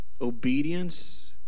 obedience